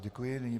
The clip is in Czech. Děkuji.